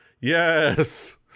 Yes